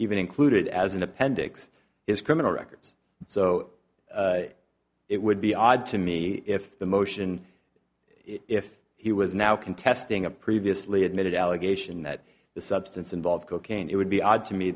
even included as an appendix is criminal records so it would be odd to me if the motion if he was now contesting a previously admitted allegation that the substance involved cocaine it would be odd to me